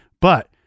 but-